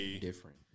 different